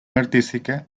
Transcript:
artística